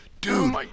Dude